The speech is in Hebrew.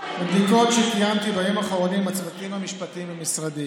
מבדיקות שקיימתי בימים האחרונים עם הצוותים המשפטיים במשרדי